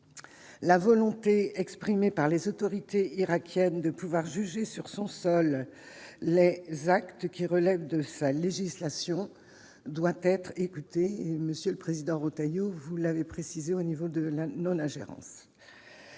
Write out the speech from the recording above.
la volonté exprimée par les autorités irakiennes de pouvoir juger sur son sol Les actes qui relèvent de sa législation doit être écouté, monsieur le Président Retailleau, vous l'avez précisé au niveau de la non ingérence